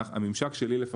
הממשק שלי לפחות,